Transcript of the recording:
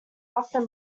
often